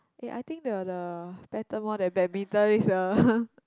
eh I think the the pattern more than badminton is a